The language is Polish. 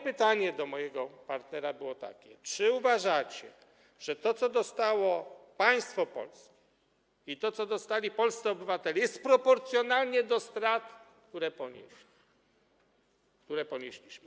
Pytanie do mojego partnera było takie: Czy uważacie, że to, co dostało państwo polskie, i to, co dostali polscy obywatele, jest proporcjonalne do strat, które ponieśli, które ponieśliśmy?